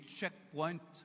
checkpoint